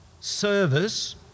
service